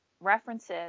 references